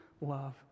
love